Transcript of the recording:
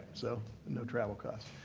so no travel costs.